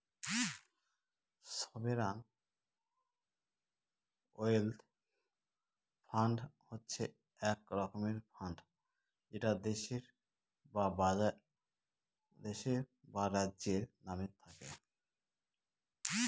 sovereign wealth fund হচ্ছে এক রকমের ফান্ড যেটা দেশের বা রাজ্যের নামে থাকে